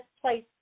place